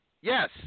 yes